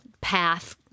path